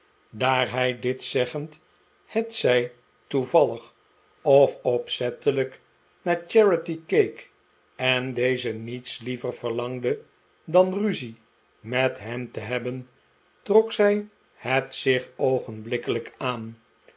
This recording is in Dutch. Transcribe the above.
daar hij dit zeggend hetzij toevallig of opzettelijk naar charity keek en deze niets liever verlarigde dan ruzie met hem te hebben trok zij het zich oogenblikkelijk aan